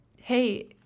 Hey